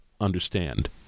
understand